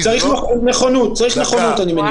צריך נכונות, אני מניח.